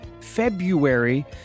February